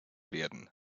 werden